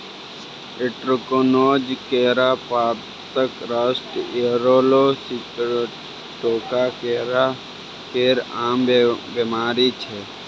anthracnose, केरा पातक rust, yellow sigatoka केरा केर आम बेमारी छै